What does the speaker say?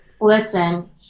Listen